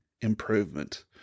improvement